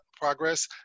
progress